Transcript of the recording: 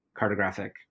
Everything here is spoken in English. cartographic